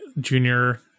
Junior